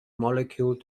molecule